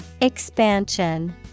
Expansion